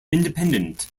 independent